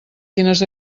quines